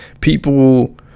people